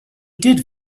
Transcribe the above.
did